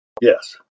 Yes